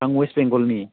आं अवेस्ट बेंगलनि